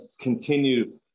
continue